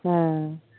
হ্যাঁ